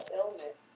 illness